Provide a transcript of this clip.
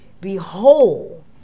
behold